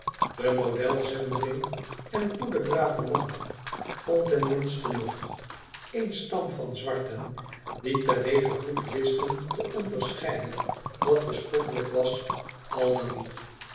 de model zendeling en goede brave man vond ten minste nog één stam van zwarten die terdege goed wisten te onderscheiden wat bespottelijk was al dan niet